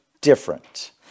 different